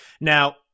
Now